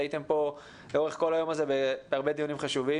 הייתן פה לאורך כל היום הזה בהרבה דיונים חשובים.